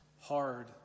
hard